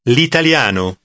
L'italiano